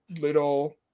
little